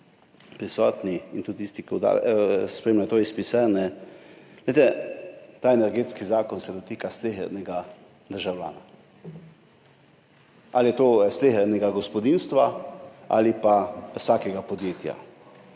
zboru, tudi tisti, ki spremljajo to iz pisarne, ta energetski zakon se dotika slehernega državljana, slehernega gospodinjstva ali pa vsakega podjetja.